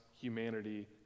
humanity